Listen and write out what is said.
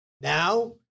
now